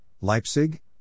Leipzig